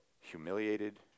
humiliated